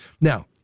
Now